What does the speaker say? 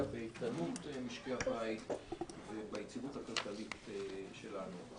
באיתנות משקי הבית וביציבות הכלכלית שלנו.